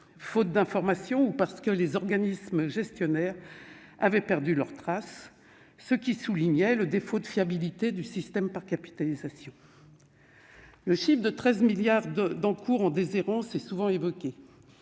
faute d'information ou parce que les organismes gestionnaires avaient perdu leur trace, ce qui souligne le défaut de fiabilité du système par capitalisation. Le montant de 13 milliards d'euros d'encours en déshérence est souvent évoqué.